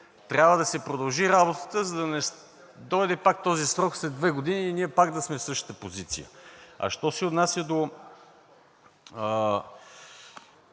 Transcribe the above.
трябва да се продължи работата, за да не дойде пак този срок след две години и ние пак да сме в същата позиция. Що се отнася до